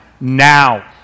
Now